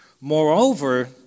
Moreover